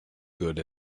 good